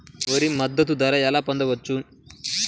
వరి మద్దతు ధర ఎలా పొందవచ్చు?